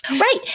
Right